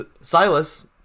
Silas